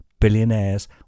billionaires